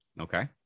Okay